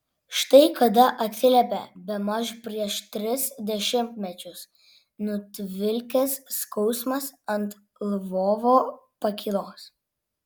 štai kada atsiliepė bemaž prieš tris dešimtmečius nutvilkęs skausmas ant lvovo pakylos